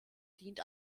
dient